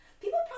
people